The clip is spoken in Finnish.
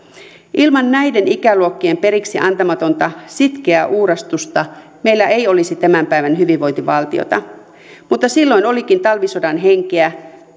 ilman näiden ikäluokkien periksiantamatonta sitkeää uurastusta meillä ei olisi tämän päivän hyvinvointivaltiota mutta silloin olikin talvisodan henkeä